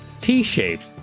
T-shaped